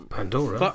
Pandora